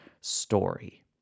story